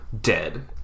Dead